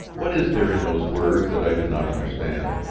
what is there in those words that i do not understand?